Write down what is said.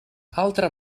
altra